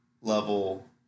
level